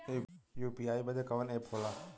UPI बदे कवन app होला?